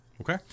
Okay